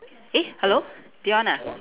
eh hello Dion ah